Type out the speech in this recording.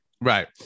Right